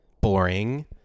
boring